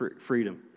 freedom